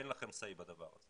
אין לכם סיי בדבר הזה.